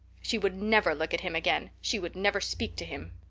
she would never look at him again! she would never speak to him!